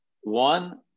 one